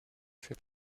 fait